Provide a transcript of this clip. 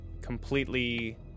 completely